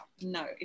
no